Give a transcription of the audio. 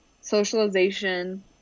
socialization